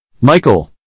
Michael